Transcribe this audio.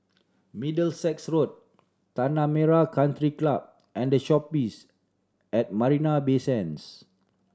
Middlesex Road Tanah Merah Country Club and The Shoppes at Marina Bay Sands